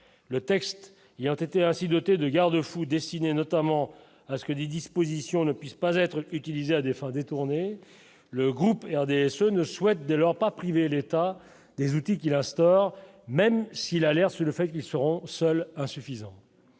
le texte il y a, ont été ainsi dotée de garde-fous destinés notamment à ce que des dispositions ne puissent pas être utilisé à des fins détournées, le groupe RDSE ne souhaite dès lors pas priver l'état des outils qu'il instaure même si l'alerte, le fait qu'ils seront seuls insuffisant,